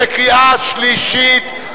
בקריאה שלישית.